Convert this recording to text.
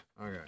Okay